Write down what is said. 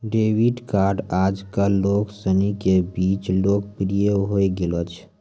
debit card आजकल लोग सनी के बीच लोकप्रिय होए गेलो छै